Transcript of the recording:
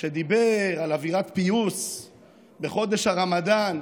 שדיבר על אווירת פיוס בחודש הרמדאן,